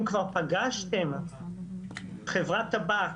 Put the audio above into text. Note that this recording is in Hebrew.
אם כבר פגשתם חברת טבק